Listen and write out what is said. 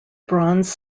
bronze